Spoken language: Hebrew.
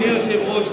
אדוני היושב-ראש,